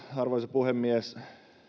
arvoisa puhemies